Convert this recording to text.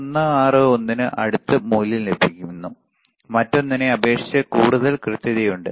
161 ന് അടുത്ത മൂല്യം ലഭിക്കുന്നു മറ്റൊന്നിനെ അപേക്ഷിച്ച് കൂടുതൽ കൃത്യതയുണ്ട്